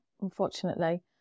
unfortunately